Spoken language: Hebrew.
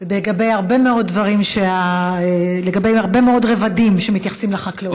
לגבי הרבה מאוד רבדים שמתייחסים לחקלאות.